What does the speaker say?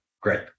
great